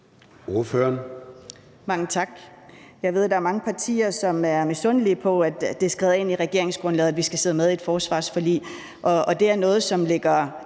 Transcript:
Mange tak. Jeg ved, at der er mange partier, som er misundelige over, at det er skrevet ind i regeringsgrundlaget, at vi skal sidde med i et forsvarsforlig.